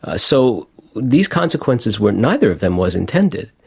ah so these consequences were, neither of them was intended,